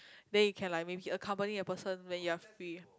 then you can like maybe accompany a person when you're free